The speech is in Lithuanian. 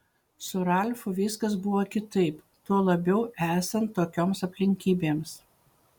su ralfu viskas buvo kitaip tuo labiau esant tokioms aplinkybėms